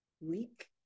week